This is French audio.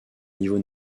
niveau